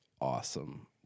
awesome